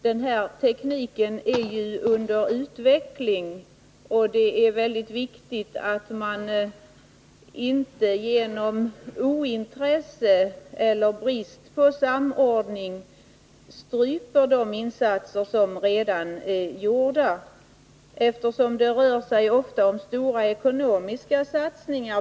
Denna teknik är ju under utveckling, och det är väldigt viktigt att man inte genom ointresse eller brist på samordning stryper de insatser som redan är gjorda. Det rör sig ofta om stora ekonomiska satsningar.